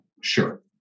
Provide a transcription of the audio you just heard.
sure